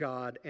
God